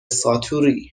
ساتوری